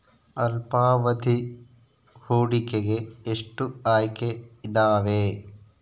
ಅಲ್ಪಾವಧಿ ಹೂಡಿಕೆಗೆ ಎಷ್ಟು ಆಯ್ಕೆ ಇದಾವೇ?